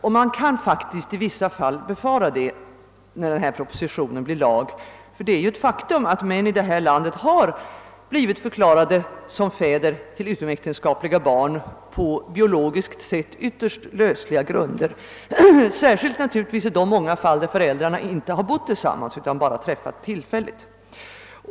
Man kan befara att den i vissa fall blir det, när denna proposition blir lag, ty det är ett faktum, att män här i landet har blivit förklarade som fäder till utomiäktenskapliga barn på biologiskt sett ytterst lösliga grunder — naturligtvis särskilt i de många fall där föräldrarna inte har bott tillsammans utan bara träffats tillfälligt.